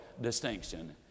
distinction